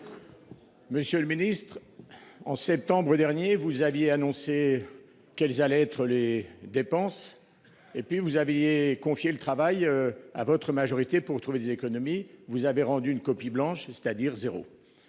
Monsieur le Ministre, en septembre dernier, vous aviez annoncé. Qu'elles allaient être les dépenses et puis vous aviez confié le travail à votre majorité pour trouver des économies. Vous avez rendu une copie blanche, c'est-à-dire 0.